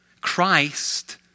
Christ